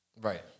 Right